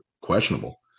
questionable